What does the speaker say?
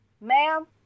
Ma'am